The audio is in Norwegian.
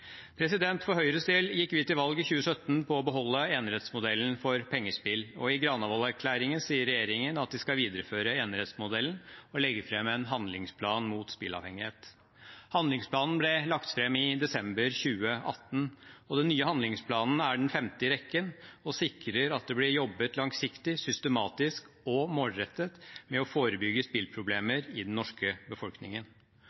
For Høyres del gikk vi til valg i 2017 på å beholde enerettsmodellen for pengespill. I Granavolden-erklæringen sier regjeringen at de skal videreføre enerettsmodellen og legge fram en handlingsplan mot spilleavhengighet. Handlingsplanen ble lagt fram i desember 2018. Den nye handlingsplanen er den femte i rekken og sikrer at det blir jobbet langsiktig, systematisk og målrettet med å forebygge